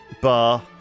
bar